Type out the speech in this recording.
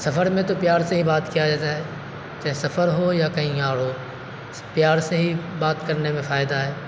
سفر میں تو پیار سے ہی بات کیا جاتا ہے چاہے سفر ہو یا کہیں اور ہو پیار سے ہی بات کرنے میں فائدہ ہے